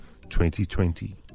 2020